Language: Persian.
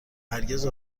هرگز